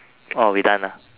oh we done